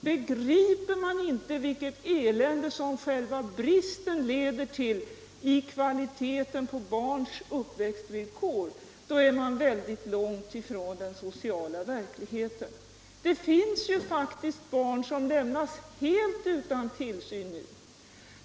Begriper man inte vilket elände som själva bristen leder till i fråga om kvaliteten på barns uppväxtvillkor, då är man väldigt långt ifrån den sociala verkligheten. Det finns ju barn som nu lämnas helt utan tillsyn.